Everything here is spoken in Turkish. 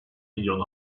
milyon